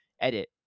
Edit